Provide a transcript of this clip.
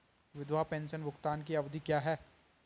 विधवा पेंशन भुगतान की अवधि क्या है?